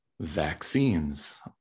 vaccines